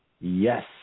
Yes